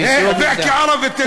(אומר בערבית: